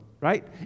right